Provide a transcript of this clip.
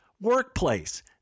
workplace